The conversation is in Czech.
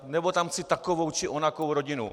Nebo tam chci takovou či onakou rodinu.